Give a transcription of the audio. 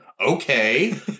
okay